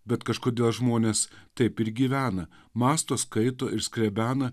bet kažkodėl žmonės taip ir gyvena mąsto skaito ir skrebena